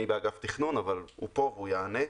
אני באגף תכנון, אבל הוא פה והוא יענה.